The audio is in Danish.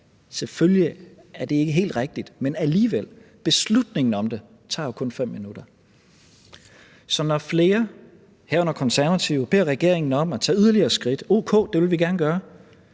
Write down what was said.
Selvfølgelig er det ikke helt rigtigt, men alligevel: Beslutningen om det tager jo kun 5 minutter. Så når flere, herunder Konservative, beder regeringen om at tage yderligere skridt,